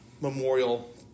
memorial